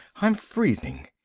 i'm freezing.